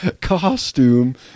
costume